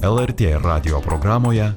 lrt radijo programoje